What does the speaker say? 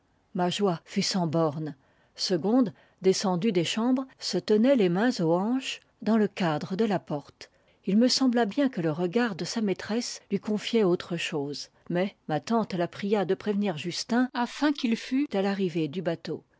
ma joie fut sans borne segonde descendue des chambres se tenait les mains aux hanches dans le cadre de la porte il me sembla bien que le regard de sa maîtresse lui confiait autre chose mais ma tante la pria de prévenir justin afin qu'il fût à l'arrivée du bateau